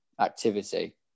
activity